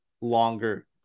longer